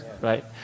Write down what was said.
right